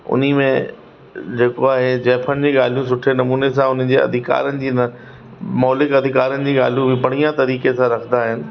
उन्ही में जेको आहे ज़ाइफ़ुनि जी ॻाल्हियूं सुठे नमूने उन्ही जे अधिकारनि जी न मौलिक अधिकारनि जी ॻाल्हियूं बि बढ़िया तरीक़े सां रखंदा आहिनि